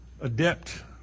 adept